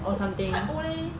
I think it's quite old leh